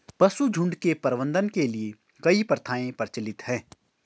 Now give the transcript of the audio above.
पशुझुण्ड के प्रबंधन के लिए कई प्रथाएं प्रचलित हैं